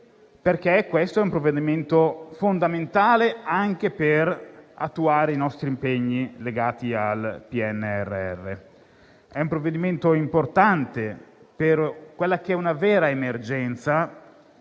perché si tratta di un provvedimento fondamentale anche per attuare i nostri impegni legati al PNRR. È un provvedimento importante per la vera emergenza